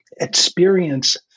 experience